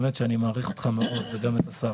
אני מעריך אותך מאוד וגם את השר,